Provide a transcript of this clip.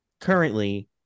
currently